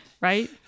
right